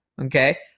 okay